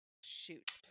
shoot